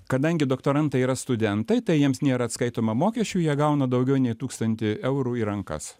kadangi doktorantai yra studentai tai jiems nėra atskaitoma mokesčių jie gauna daugiau nei tūkstantį eurų į rankas